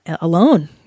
alone